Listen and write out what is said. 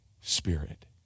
Spirit